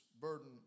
burden